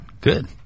Good